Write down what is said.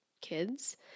kids